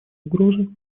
угрозы